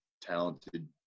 talented